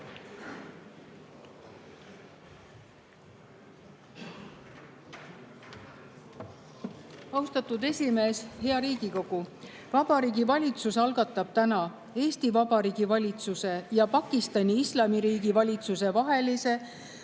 Austatud esimees! Hea Riigikogu! Vabariigi Valitsus algatab täna Eesti Vabariigi valitsuse ja Pakistani Islamiriigi valitsuse vahelise